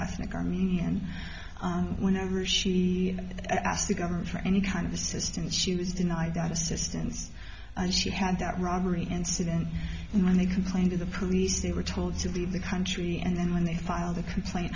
ethnic army and whenever she asked the government for any kind of assistance she was denied that assistance and she had that robbery incident and when they complained to the police they were told to leave the country and then when they filed a complaint